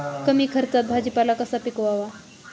कमी खर्चात भाजीपाला कसा पिकवावा?